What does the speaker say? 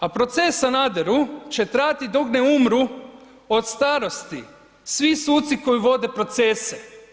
A proces Sanaderu će trajati dok ne umru od starosti svi suci koji vode procese.